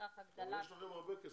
בהכרח הגדלה --- אבל יש לכם הרבה כסף.